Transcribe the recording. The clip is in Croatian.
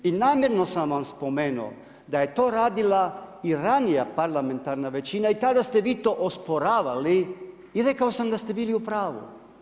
I namjerno sam vam spomenuo da je to radila i ranija parlamentarna većina i tada ste vi to osporavali i rekao sam da ste bili u pravu.